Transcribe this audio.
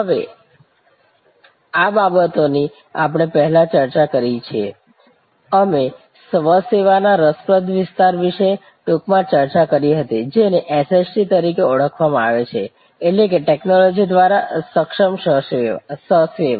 હવે આ બાબતોની આપણે પહેલાં ચર્ચા કરી છે અમે સ્વ સેવા ના આ રસપ્રદ વિસ્તાર વિશે ટૂંકમાં ચર્ચા કરી હતી જેને SST તરીકે પણ ઓળખવામાં આવે છે એટલે કે ટેક્નોલોજી દ્વારા સક્ષમ સ્વ સેવા